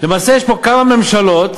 למעשה יש פה כמה ממשלות,